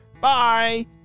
Bye